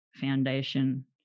foundation